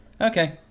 Okay